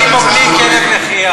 אורן, היא לא רוצה,